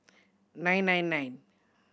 nine nine nine